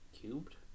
cubed